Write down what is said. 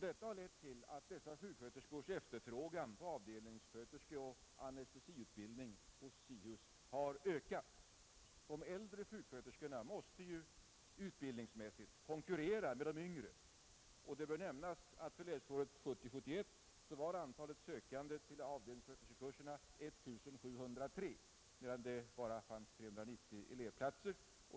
Detta har lett till att dessa sjuksköterskors efterfrågan på avdelningssköterskeoch anestesiutbildning vid SIHUS har ökat. De äldre sjuksköterskorna måste ju utbildningsmässigt konkurrera med de yngre. Det bör nämnas att för läsåret 1970/71 var antalet sökande till avdelningssköterskekurserna 1 703, medan det endast fanns 390 elevplatser.